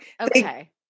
Okay